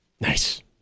nice